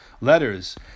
letters